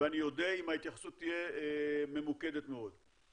ואני אודה אם ההתייחסות תהיה ממוקדת מאוד.